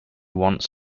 wants